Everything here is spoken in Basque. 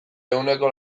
ehuneko